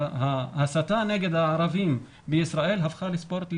ההסתה נגד הערבים בישראל הפכה לספורט לאומי,